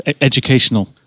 educational